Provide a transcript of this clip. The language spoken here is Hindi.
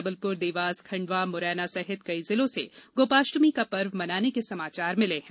जबलपुर देवास खण्डवा मुरैना सहित कई जिलो से गौपाष्टमी का पर्व मनाने के समाचार मिले हैं